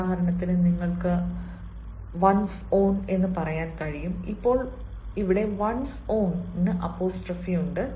ഉദാഹരണത്തിന് നിങ്ങൾക്ക് one's own എന്ന് പറയാൻ കഴിയും ഇപ്പോൾ ഇവിടെ വൺസ് ഔന് അപ്പോസ്ട്രോഫി ഉണ്ട്